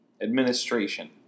Administration